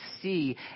see